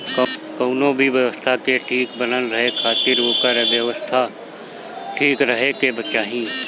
कवनो भी व्यवस्था के ठीक बनल रहे खातिर ओकर अर्थव्यवस्था ठीक रहे के चाही